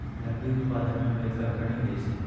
लकड़ी उत्पादन में अमेरिका अग्रणी देश हइ